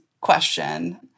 question